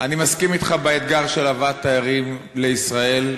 אני מסכים אתך באתגר של הבאת תיירים לישראל,